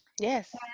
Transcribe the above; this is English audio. Yes